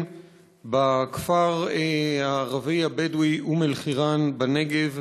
בכפר הערבי-הבדואי אום-אלחיראן בנגב.